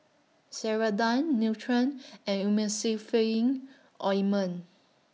Ceradan Nutren and Emulsying Ointment